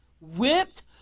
whipped